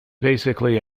basically